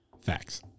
Facts